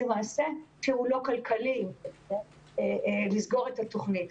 מעשה שהוא לא כלכלי לסגור את התוכנית.